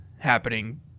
happening